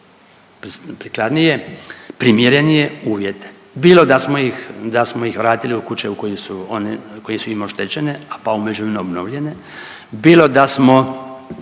prikladnije, primjerenije uvjete bilo da smo ih vratili u kuće koje su im oštećene, pa u međuvremenu obnovljene, bilo da smo